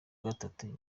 gatatu